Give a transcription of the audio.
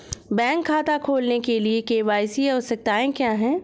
Bank खाता खोलने के लिए के.वाई.सी आवश्यकताएं क्या हैं?